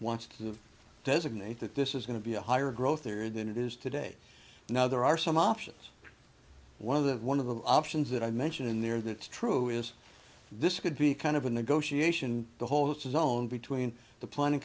wants to designate that this is going to be a higher growth area than it is today now there are some options one of the one of the options that i mentioned in there that's true is this could be kind of a negotiation to hold its own between the planning